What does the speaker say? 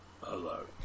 Hello